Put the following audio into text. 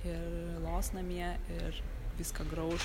ir los namie ir viską grauš